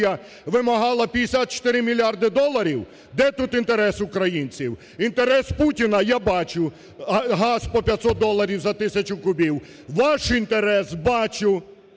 Ваш інтерес бачу!